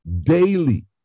daily